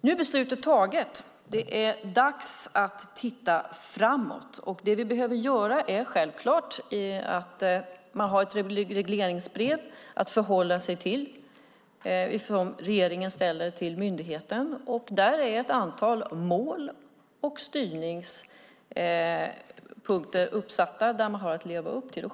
Nu är beslutet taget. Det är dags att titta framåt. Det finns ett regleringsbrev att förhålla sig till som regeringen ställer till myndigheten. Där är ett antal mål och styrningspunkter uppsatta som man har att leva upp till.